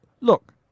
look